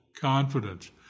confidence